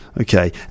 okay